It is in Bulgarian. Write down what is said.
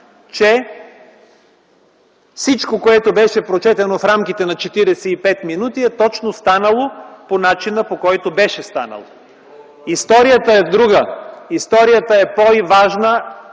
че всичко, което беше прочетено в рамките на 45 минути е точно станало по начина, по който беше станало. Историята е друга. Историята е по, и важна,